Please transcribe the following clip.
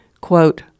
Quote